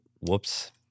Whoops